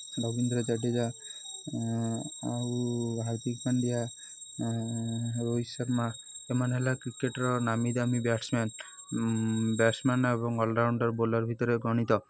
ରବୀନ୍ଦ୍ର ଜାଡ଼େଜା ଆଉ ହାର୍ଦ୍ଦିକ୍ ପାଣ୍ଡିଆ ରୋହିତ ଶର୍ମା ଏମାନେ ହେଲା କ୍ରିକେଟ୍ର ନାମିଦାମୀ ବ୍ୟାଟ୍ସମ୍ୟାନ୍ ବ୍ୟାଟ୍ସମ୍ୟାନ୍ ଏବଂ ଅଲ୍ରାଉଣ୍ଡର୍ ବୋଲର୍ ଭିତରେ ଗଣିତ